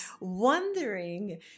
wondering